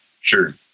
sure